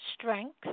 strength